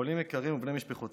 חולים יקרים ובני משפחותיהם,